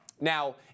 Now